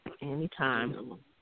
Anytime